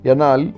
Yanal